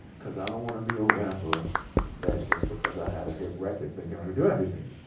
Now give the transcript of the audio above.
cause i don't wanna be a rapper that, just because i had a hit record thinkin' i could do everything.